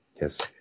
Yes